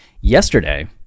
yesterday